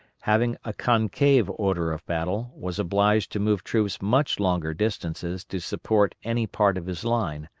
having a concave order of battle, was obliged to move troops much longer distances to support any part of his line,